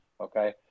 Okay